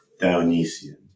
Dionysian